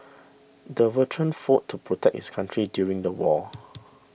the veteran fought to protect his country during the war